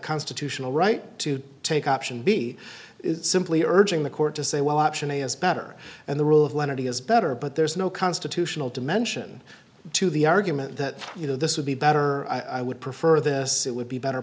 constitutional right to take option b is simply urging the court to say well option a is better and the rule of lenity is better but there's no constitutional dimension to the argument that you know this would be better i would prefer this it would be better